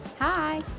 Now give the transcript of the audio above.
Hi